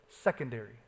secondary